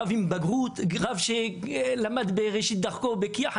רב עם בגרות, רב שלמד בראשית דרכו בכי"ח.